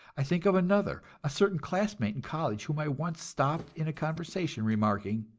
i think of another, a certain classmate in college whom i once stopped in a conversation, remarking